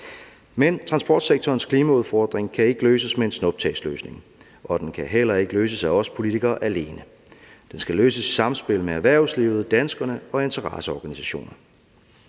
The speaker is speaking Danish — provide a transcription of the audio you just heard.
Men transportsektorens klimaudfordring kan ikke løses med en snuptagsløsning, og den kan heller ikke løses af os politikere alene. Den skal løses i samspil mellem erhvervslivet, danskerne og interesseorganisationer.